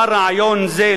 בא רעיון זה,